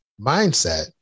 mindset